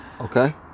Okay